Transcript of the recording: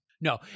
No